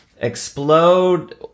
explode